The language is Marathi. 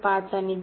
5 आणि 3